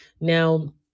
Now